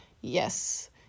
yes